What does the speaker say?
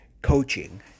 Coaching